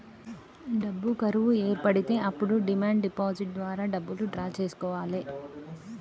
డబ్బు కరువు ఏర్పడితే అప్పుడు డిమాండ్ డిపాజిట్ ద్వారా డబ్బులు డ్రా చేసుకోవాలె